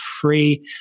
free